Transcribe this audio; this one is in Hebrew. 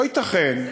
לא ייתכן,